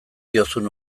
diozun